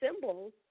symbols